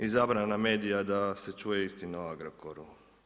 I zabrana medija da se čuje istina o Agrokoru.